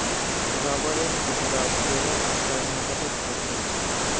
रबरेर उपज केरल आर कर्नाटकोत होछे